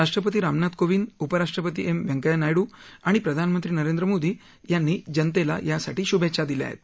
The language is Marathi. राष्ट्रपती रामनाथ कोविंद उपराष्ट्रपती एम व्यंकय्या नायडू आणि प्रधानमंत्री नरेंद्र मोदी यांनी शुभेच्छा दिल्यात